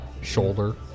Shoulder